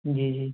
جی جی